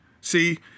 See